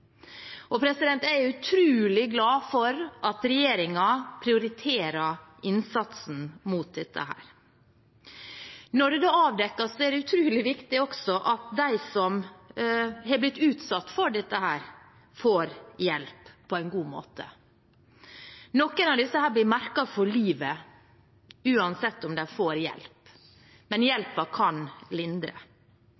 Jeg er utrolig glad for at regjeringen prioriterer innsatsen mot dette. Når det avdekkes, er det også utrolig viktig at de som har blitt utsatt for dette, får hjelp på en god måte. Noen av disse blir merket for livet uansett om de får hjelp, men